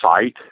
site